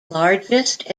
largest